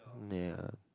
oh no